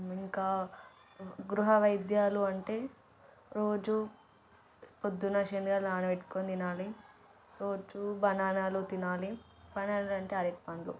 ఇంకా గృహ వైద్యాలు అంటే రోజూ పొద్దున్న శెనగలు నానబెట్టుకొని తినాలి ఫ్రూట్సు బనానాలు తినాలి బనానా అంటే అరటి పండ్లు